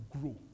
grow